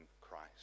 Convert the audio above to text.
Christ